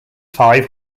five